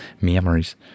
Memories